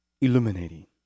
illuminating